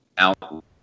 Out